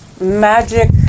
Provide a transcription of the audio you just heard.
magic